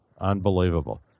Unbelievable